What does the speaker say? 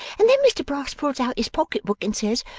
and then mr brass pulls out his pocket-book, and says,